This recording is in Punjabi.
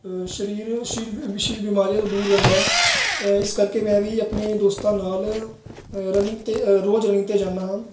ਸਰੀਰ ਬਿਮਾਰੀਆਂ ਤੋਂ ਦੂਰ ਰਹਿੰਦਾ ਇਸ ਕਰਕੇ ਮੈਂ ਵੀ ਆਪਣੇ ਦੋਸਤਾਂ ਨਾਲ ਰਨਿੰਗ 'ਤੇ ਰੋਜ਼ ਰਨਿੰਗ 'ਤੇ ਜਾਂਦਾ ਹਾਂ